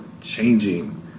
changing